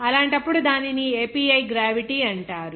అలాంటప్పుడు దానిని API gravity అంటారు